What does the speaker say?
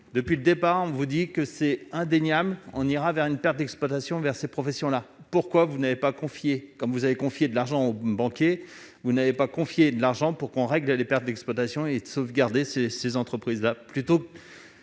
depuis le départ, on vous dit que c'est indéniable, on ira vers une perte d'exploitation vers ces professions-là, pourquoi vous n'avez pas confier comme vous avez confié de l'argent aux banquiers, vous n'avez pas confier de l'argent pour qu'on règle les pertes d'exploitation et de sauvegarder ces ces entreprises-là